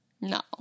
No